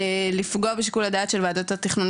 לפגוע בשיקול הדעת של ועדות התכנון,